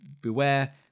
beware